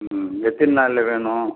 ம் ம் எத்தினை நாளில் வேணும்